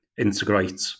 integrate